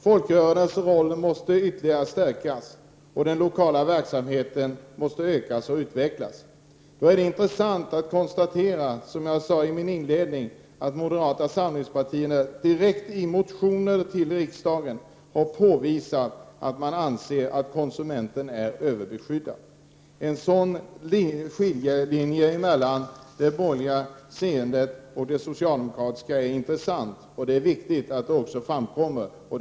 Folkrörelsernas roll måste ytterligare stärkas, och den lokala verksamheten måste utvecklas. Det är, som jag sade i mitt inledningsanförande, intressant att konstatera att moderata samlingspartiet i motioner till riksdagen har sagt att de anser att konsumenterna är överbeskyddade. Den skiljelinjen mellan de borgerliga och socialdemokraternas synsätt är intressant, och det är viktigt att denna skiljelinje kommer fram.